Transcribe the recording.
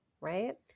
right